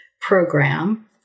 program